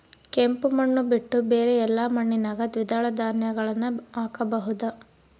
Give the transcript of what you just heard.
ಕೆಂಪು ಮಣ್ಣು ಬಿಟ್ಟು ಬೇರೆ ಎಲ್ಲಾ ಮಣ್ಣಿನಾಗ ದ್ವಿದಳ ಧಾನ್ಯಗಳನ್ನ ಹಾಕಬಹುದಾ?